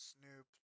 Snoop